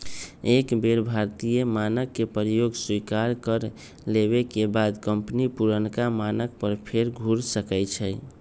एक बेर भारतीय मानक के प्रयोग स्वीकार कर लेबेके बाद कंपनी पुरनका मानक पर फेर घुर सकै छै